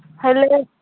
ହେଲେ